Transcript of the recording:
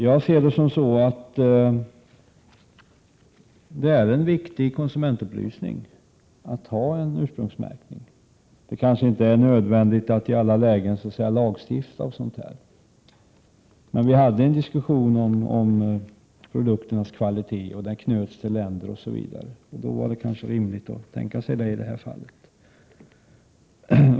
Jag ser det som så, att det är en viktig konsumentupplysning att ha en ursprungsmärkning. Det kanske inte är nödvändigt att i alla lägen lagstifta om sådant, men vi hade en diskussion om produkternas kvalitet, som knöts till länder osv., och då var det kanske rimligt att tänka sig detta.